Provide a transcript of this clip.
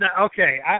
Okay